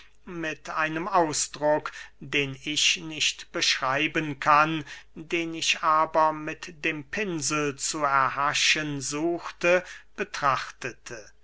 mit einem ausdruck den ich nicht beschreiben kann den ich aber mit dem pinsel zu erhaschen suchte betrachtete